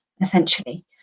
essentially